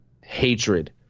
hatred